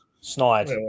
snide